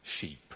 sheep